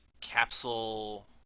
Capsule